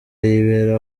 yibera